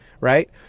right